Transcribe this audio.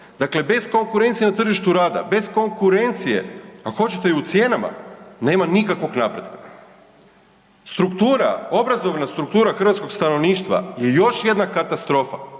Dakle, bez konkurencije na tržištu rada, bez konkurencije, ako hoćete i u cijenama, nema nikakvog napretka. Struktura, obrazovna struktura hrvatskog stanovništva je još jedna katastrofa